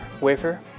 wafer